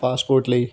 passport ਲਈ